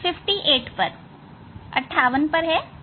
आपको लिख लेना चाहिए